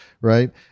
right